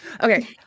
Okay